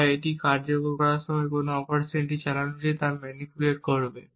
বা এটি কার্যকর করার সময় কোন অপারেশনটি চালানো হচ্ছে তা ম্যানিপুলেট করবে